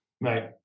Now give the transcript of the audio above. Right